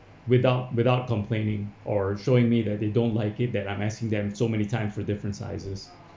without without complaining or showing me that they don't like it that I'm asking them so many time for different sizes